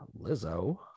lizzo